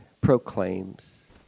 proclaims